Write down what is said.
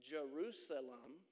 Jerusalem